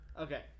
Okay